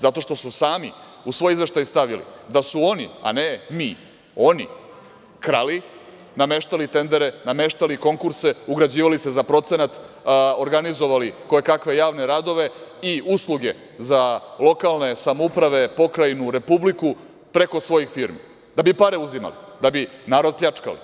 Zato što su sami u svoj izveštaj stavili da su oni, a ne mi, krali, nameštali tendere, nameštali konkurse, ugrađivali se za procenat, organizovali kojekakve radove i usluge za lokalne samouprave, pokrajinu, Republiku preko svojih firmi, da bi pare uzimali, da bi narod pljačkali.